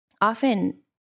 often